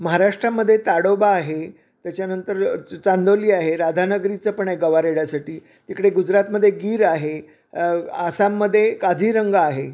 महाराष्ट्रामध्ये ताडोबा आहे त्याच्यानंतर च चांदोली आहे राधानगरीचं पण आहे गवा रेड्यासाठी तिकडे गुजरातमध्ये गीर आहे आसाममध्ये काझीरंगा आहे